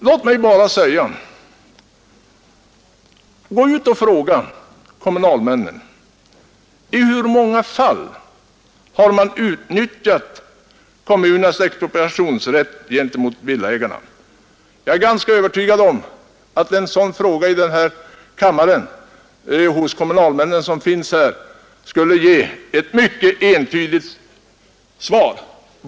Låt mig bara säga: Gå ut och fråga kommunalmännen i hur många fall kommunerna har utnyttjat expropriationsrätten gentemot villaägare. Jag är ganska övertygad om att svaret på den frågan från de kommunalmän som finns här i kammaren skulle bli helt entydigt.